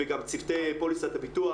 וגם צוותי פוליסת הביטוח.